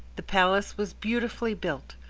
the palace was beautifully built.